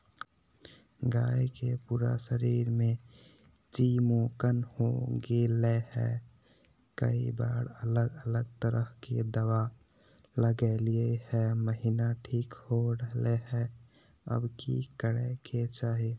गाय के पूरा शरीर में चिमोकन हो गेलै है, कई बार अलग अलग तरह के दवा ल्गैलिए है महिना ठीक हो रहले है, अब की करे के चाही?